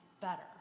better